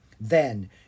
Then